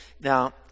Now